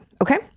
Okay